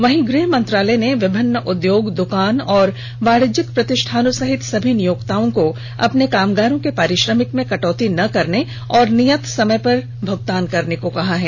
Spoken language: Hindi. वहीं गृह मंत्रालय ने विभिन्न उद्योग द्कान और वाणिज्यिक प्रतिष्ठानों सहित सभी नियोक्ताओं को अपने कामगारों के पारिश्रमिक में कटौती न करने और नियत समय पर भुगतान करने को भी कहा है